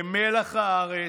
הם מלח הארץ,